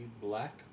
Black